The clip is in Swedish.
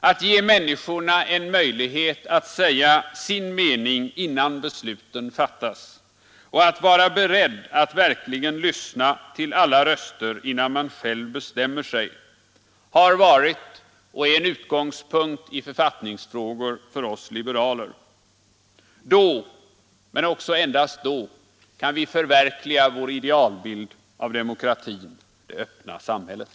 Att ge människorna en möjlighet att säga sin mening innan besluten fattas och att vara beredd att verkligen lyssna till alla röster innan man v bestämmer sig har varit och är en utgångspunkt för oss liberaler i författningsfrågor. Då, och endast då, kan vi förverkliga vår idealbild av demokratin, det öppna samhället.